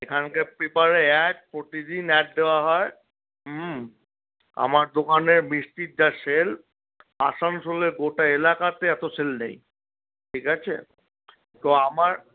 এখানকার পেপারে এক প্রতিদিন অ্যাড দেওয়া হয় আমার দোকানে মিষ্টির যা সেল আসানসোলে গোটা এলাকাতে এতো সেল নেই ঠিক আছে তো আমার